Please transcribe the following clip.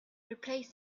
replace